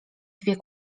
dwie